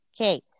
okay